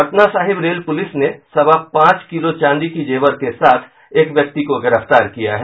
Patna Sahib rail police ने सवा पांच किलो चांदी की जेवर के साथ एक व्यक्ति को गिरफ्तार किया है